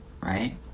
right